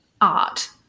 art